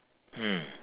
mm